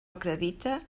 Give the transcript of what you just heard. acredite